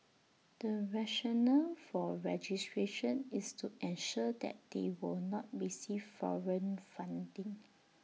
the rationale for registration is to ensure that they will not receive foreign funding